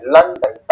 London